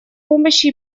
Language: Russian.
помощи